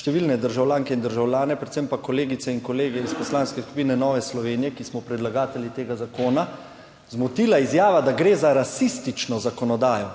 številne državljanke in državljane, predvsem pa kolegice in kolege iz Poslanske skupine Nove Slovenije, ki smo predlagatelji tega zakona, zmotila izjava, da gre za rasistično zakonodajo